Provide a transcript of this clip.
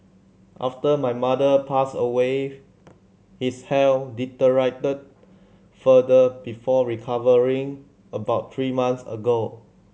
after my mother passed away his health deteriorated further before recovering about three months ago